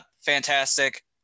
fantastic